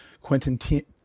Quentin